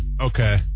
Okay